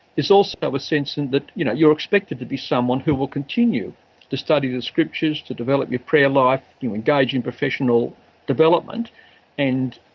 it's also a a sense in that, you know, you're expected to be someone who will continue to study the scriptures, to develop your prayer life, you engage in professional development and